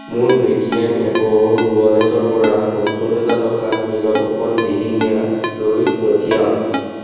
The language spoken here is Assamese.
মোৰ পে'টিএম এপৰ ৱালেটৰপৰা সত্তৰ হেজাৰ টকা নীলপৱন দিহিঙীয়ালৈ পঠিয়াওক